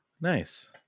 nice